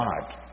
God